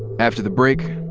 after the break,